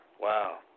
Wow